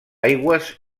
aigües